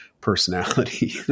personality